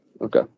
Okay